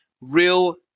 real